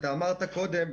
אמרת קודם,